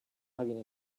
hugging